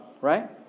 right